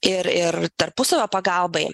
ir ir tarpusavio pagalbai